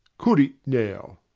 could it now?